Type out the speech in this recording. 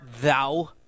thou